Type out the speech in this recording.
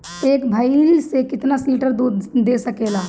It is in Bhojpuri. एक भइस से कितना लिटर दूध हो सकेला?